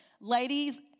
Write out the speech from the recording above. ladies